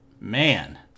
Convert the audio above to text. man